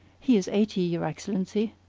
he is eighty, your excellency.